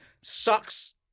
sucks